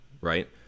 right